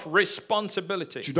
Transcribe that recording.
responsibility